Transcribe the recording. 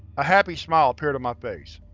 a happy smile appeared on my face.